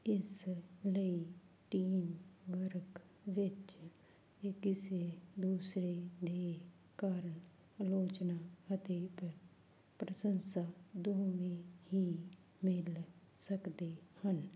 ਇਸ ਲਈ team work ਵਿੱਚ ਇਹ ਕਿਸੇ ਦੂਸਰੇ ਦੇ ਕਾਰਨ ਆਲੋਚਨਾ ਅਤੇ ਪ ਪ੍ਰਸੰਸਾ ਦੋਨੇ ਹੀ ਮਿਲ ਸਕਦੇ ਹਨ